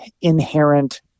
inherent